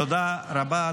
תודה רבה,